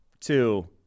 two